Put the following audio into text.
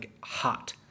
hot